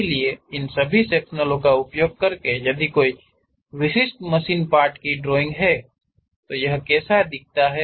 इसलिए इन सभी सेक्शनल का उपयोग करके यदि कोई विशिष्ट मशीन पार्ट्स की ड्राइंग है तो यह कैसा दिखता है